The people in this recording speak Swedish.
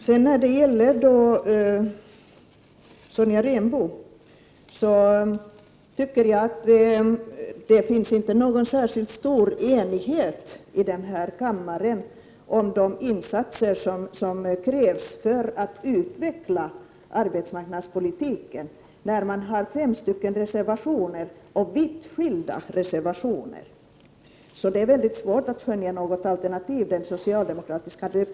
Sedan tycker jag, Sonja Rembo, att det inte råder särskilt stor enighet här i kammaren om de insatser som krävs för att utveckla arbetsmarknadspolitiken, när det finns fem stycken reservationer — och vitt skilda reservationer. Det är därför väldigt svårt att skönja något alternativ till den socialdemokratiska politiken.